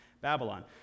Babylon